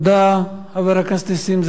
חבר הכנסת נסים זאב, בבקשה,